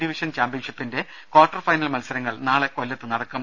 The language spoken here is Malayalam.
ഡിവിഷൻ ചാമ്പ്യൻഷിപ്പിന്റെ കാർട്ടർ ഫൈനൽ മത്സരങ്ങൾ നാളെ കൊല്ലത്ത് നടക്കും